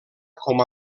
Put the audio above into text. com